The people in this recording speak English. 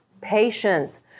Patience